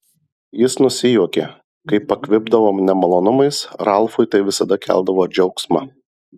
jis nusijuokė kai pakvipdavo nemalonumais ralfui tai visada keldavo džiaugsmą